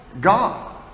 God